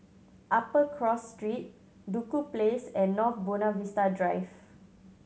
Upper Cross Street Duku Place and North Buona Vista Drive